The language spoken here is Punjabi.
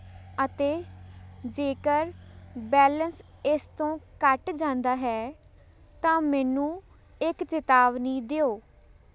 ਅਤੇ ਜੇਕਰ ਬੈਲੇਂਸ ਇਸ ਤੋਂ ਘੱਟ ਜਾਂਦਾ ਹੈ ਤਾਂ ਮੈਨੂੰ ਇੱਕ ਚੇਤਾਵਨੀ ਦਿਓ